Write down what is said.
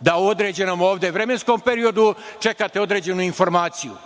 da u određenom vremenskom periodu čekate određenu informaciju